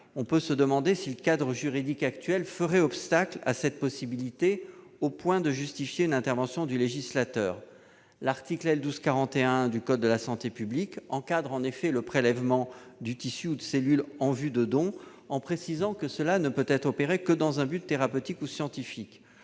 en effet se demander si le cadre juridique actuel ferait obstacle à cette possibilité au point de justifier une intervention du législateur. L'article L. 1241-1 du code de la santé publique encadre le prélèvement de tissus ou de cellules « en vue de don », en précisant que cela ne peut être opéré que dans un but thérapeutique ou scientifique.